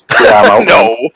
No